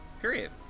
Period